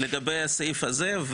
לגבי הסעיף הזה.